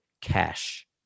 cash